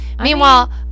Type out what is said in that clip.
Meanwhile